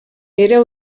era